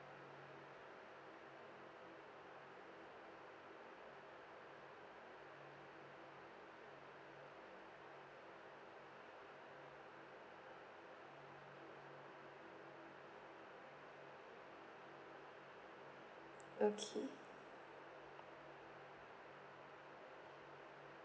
okay